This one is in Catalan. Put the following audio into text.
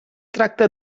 tracta